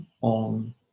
on